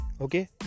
okay